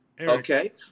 Okay